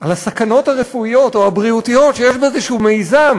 על הסכנות הרפואיות או הבריאותיות שיש באיזה מיזם